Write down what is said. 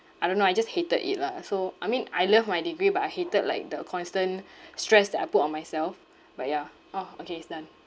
I don't know I just hated it lah so I mean I love my degree but I hated like the constant stress that I put on myself but ya orh okay it's done